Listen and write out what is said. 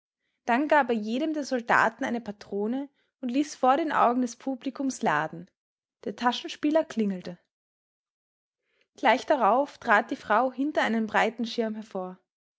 dann gab er jedem der soldaten eine patrone und ließ vor den augen des publikums laden der taschenspieler klingelte gleich darauf trat die frau hinter einem breiten schirme hervor